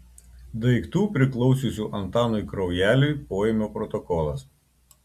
daiktų priklausiusių antanui kraujeliui poėmio protokolas